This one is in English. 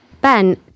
Ben